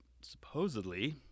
supposedly